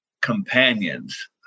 companions